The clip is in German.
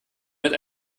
mit